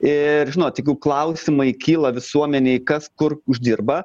ir žinot jeigu klausimai kyla visuomenei kas kur uždirba